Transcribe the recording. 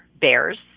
bears